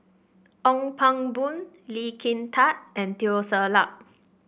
Ong Pang Boon Lee Kin Tat and Teo Ser Luck